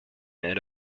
and